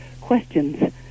questions